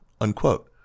unquote